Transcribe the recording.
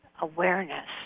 awareness